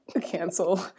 cancel